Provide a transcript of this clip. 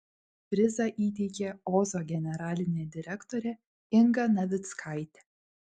prizą įteikė ozo generalinė direktorė inga navickaitė